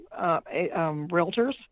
realtors